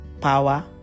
Power